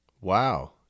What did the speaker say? Wow